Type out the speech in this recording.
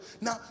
Now